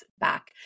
back